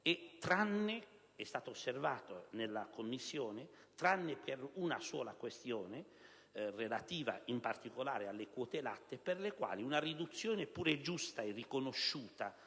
tranne, come è stato osservato nella Commissione, per una sola questione, relativa in particolare alle quote latte, per le quali una riduzione, pure giusta e riconosciuta,